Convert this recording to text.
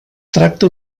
tracta